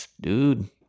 Dude